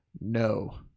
No